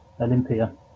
Olympia